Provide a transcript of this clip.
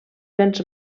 béns